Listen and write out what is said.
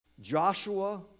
Joshua